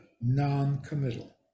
non-committal